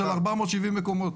של ארבע מאות שבעים מקומות.